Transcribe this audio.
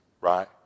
right